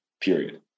Period